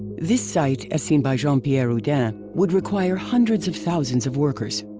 this site as seen by jean-pierre houdin would require hundreds of thousands of workers.